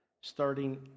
starting